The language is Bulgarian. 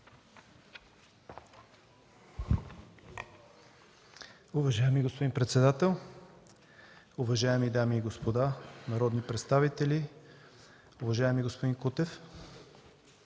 Уважаеми господин председател, уважаеми дами и господа народни представители, уважаеми господин